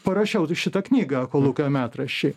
parašiau šitą knygą kolūkio metraščiai